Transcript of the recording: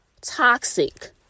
toxic